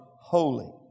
holy